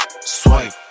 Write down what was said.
swipe